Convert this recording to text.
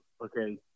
okay